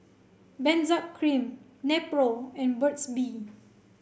Benzac Cream Nepro and Burt's Bee